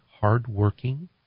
hardworking